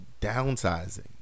downsizing